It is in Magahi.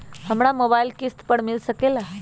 हमरा मोबाइल किस्त पर मिल सकेला?